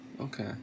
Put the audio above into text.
Okay